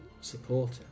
supporter